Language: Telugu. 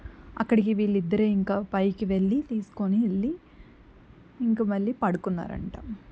అక్కడికి వీళ్ళిద్దరే ఇంకా పైకి వెళ్ళి తీసుకోని వెళ్ళి ఇంక మళ్ళీ పడుకున్నారంట